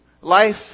life